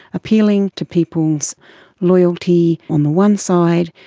appealing to people's loyalty on the one side,